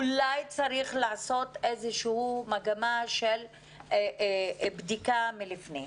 אולי צריך לעשות איזושהי מגמה של בדיקה מקדימה.